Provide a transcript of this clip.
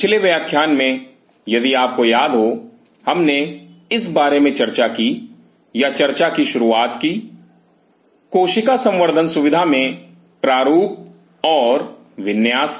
पिछले व्याख्यान में यदि आपको याद हो हमने इस बारे में चर्चा की या चर्चा की शुरुआत की कोशिका संवर्धन सुविधा में प्रारूप और विन्यास की